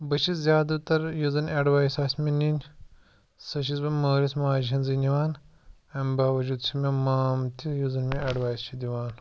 بہٕ چھس زیادٕ تر یُس زَن اٮ۪ڈوایس آسہِ مےٚ نِنۍ سُہ چھُس بہٕ مٲلِس ماجہِ ہِنٛزٕے نِوان اَمہِ باوجوٗد چھُ مےٚ مام تہِ یُس زَن مےٚ اٮ۪ڈوایس چھِ دِوان